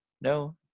no